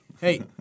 Hey